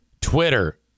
Twitter